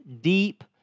deep